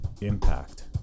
impact